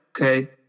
okay